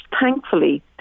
thankfully